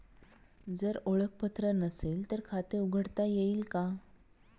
जर ओळखपत्र नसेल तर खाते उघडता येईल का?